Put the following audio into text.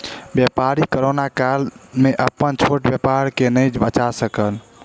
व्यापारी कोरोना काल में अपन छोट व्यापार के नै बचा सकल